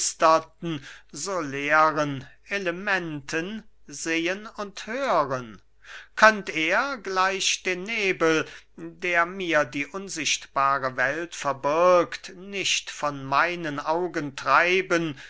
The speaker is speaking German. so leeren elementen sehen und hören könnt er gleich den nebel der mir die unsichtbare welt verbirgt nicht von meinen augen treiben